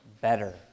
better